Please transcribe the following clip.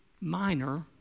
minor